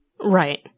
Right